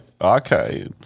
okay